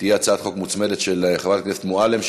תהיה הצעת חוק מוצמדת של חברת הכנסת מועלם.